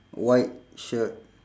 white shirt